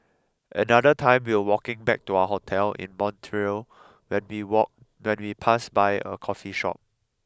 another time we were walking back to our hotel in Montreal when we walk when we passed by a coffee shop